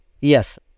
Yes